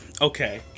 Okay